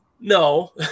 No